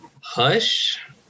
Hush